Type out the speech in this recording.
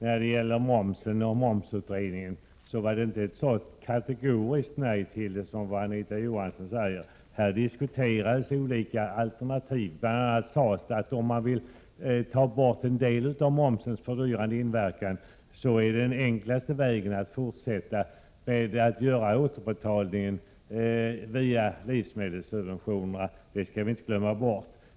Fru talman! I momsutredningen var det inte ett så kategoriskt nej till förslaget som Anita Johansson säger. Där diskuterades olika alternativ. Bl. a. sades det att om man vill ta bort en del av momsens fördyrande inverkan, är den enklaste vägen att göra en återbetalning via livsmedelssubventionerna — det skall vi inte glömma bort.